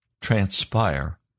transpire